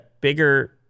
bigger